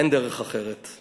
אין דרך אחרת.